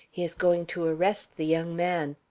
he is going to arrest the young man.